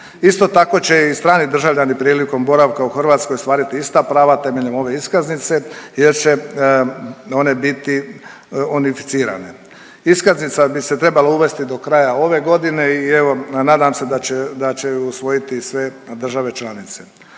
Isto tako će i strani državljani prilikom boravka u Hrvatskoj ostvariti ista prava temeljem ove iskaznice jer će one biti unificirane. Iskaznica bi se trebala uvesti do kraja ove godine i evo nadam se da će je usvojiti sve države članice.